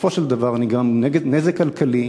בסופו של דבר נגרם נזק כלכלי,